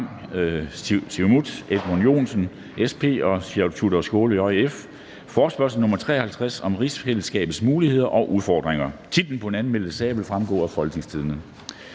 oplyse om rigsfællesskabets muligheder og udfordringer?). Titler på de anmeldte sager vil fremgå af www.folketingstidende.dk